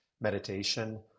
meditation